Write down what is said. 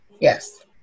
Yes